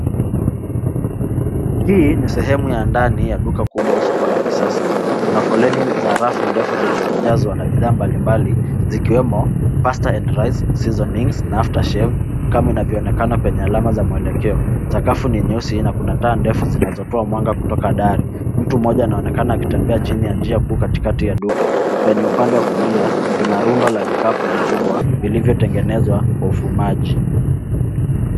Hii ni sehemu ya ndani ya duka kubwa la soko ka kisasa. Kuna foleni za rafu ndefu zilizojazwa na bidhaa mbalimbali, zikiwemo pasta and rice , seasonings na aftershelf kama inavyoonekana kwenye alama za mwelekeo. Sakafu ni nyeusi na taa ndefu zinazotoa mwanga kutoka dari. Mtu mmoja anaonekana akitembea chini ya njia kuu katikati ya duka. Kwenye upande wa kulia, kuna runda la vikapu vikubwa vilivyotengenezwa kwa ufumaji.